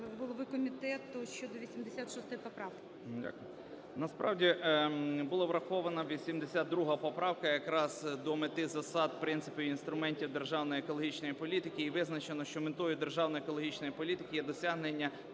голови комітету щодо 86 поправки. 16:17:17 РИБАК І.П. Насправді, була врахована 82 поправка якраз до мети засад, принципів і інструментів державної екологічної політики. І визначено, що метою державної екологічної політики є досягнення